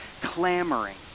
clamoring